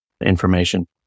information